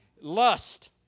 Lust